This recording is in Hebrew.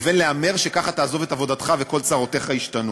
לבין הימור שככה תעזוב את עבודתך וכל צרותיך ישתנו.